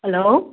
hello